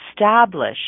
establish